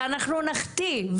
ואנחנו נחטיא,